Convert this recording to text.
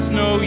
no